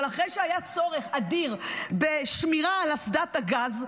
אבל אחרי שהיה צורך אדיר בשמירה על אסדת הגז,